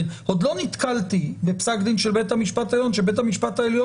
עוד לא נתקלתי בפסק דין של בית המשפט העליון שבית המשפט העליון